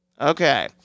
Okay